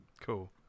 Cool